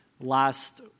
last